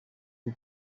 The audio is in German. die